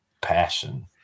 passion